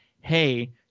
Hey